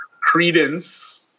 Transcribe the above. credence